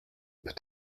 peut